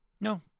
No